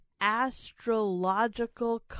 astrological